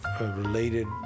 related